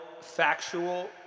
factual